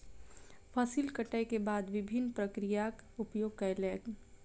फसिल कटै के बाद विभिन्न प्रक्रियाक उपयोग कयलैन